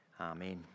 Amen